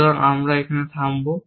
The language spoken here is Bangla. সুতরাং আমরা এখানে থামব